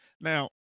Now